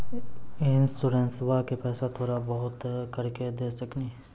इंश्योरेंसबा के पैसा थोड़ा थोड़ा करके दे सकेनी?